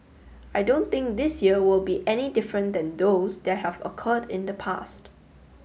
I don't think this year will be any different than those that have occurred in the past